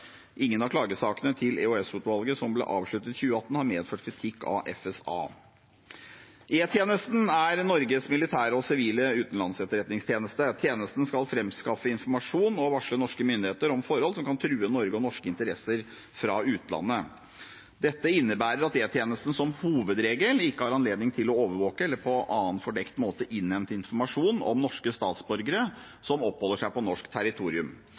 Ingen av klagesakene til EOS-utvalget som ble avsluttet i 2018, har medført kritikk av FSA. E-tjenesten er Norges militære og sivile utenlandsetterretningstjeneste. Tjenesten skal framskaffe informasjon og varsle norske myndigheter om forhold som kan true Norge og norske interesser fra utlandet. Dette innebærer at E-tjenesten som hovedregel ikke har anledning til å overvåke eller på annen fordekt måte innhente informasjon om norske statsborgere som oppholder seg på norsk territorium.